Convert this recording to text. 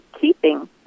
keeping